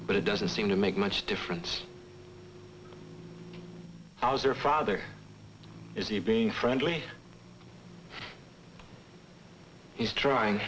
but it doesn't seem to make much difference i was your father is he being friendly he's trying